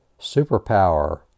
superpower